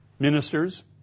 Ministers